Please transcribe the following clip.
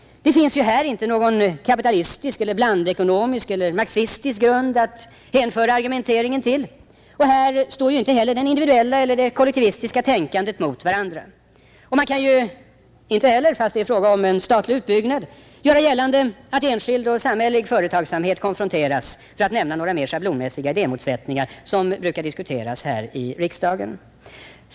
Det finns ju här inte någon kapitalistisk eller blandekonomisk eller marxistisk grund att hänföra argumenteringen till. Här står inte heller det individuella och det kollektivistiska tänkandet mot varandra. Man kan inte heller, fast det är fråga om en statlig utbyggnad, göra gällande att enskild och samhällelig företagsamhet konfronteras — för att nämna några mer schablonmässiga idémotsättningar som brukar diskuteras här i riksdagen.